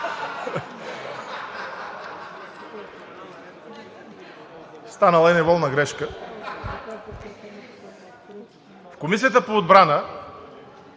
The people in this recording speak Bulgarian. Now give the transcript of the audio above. Станала е неволна грешка. В Комисията по отбрана